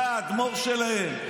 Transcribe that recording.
זה האדמו"ר שלהם,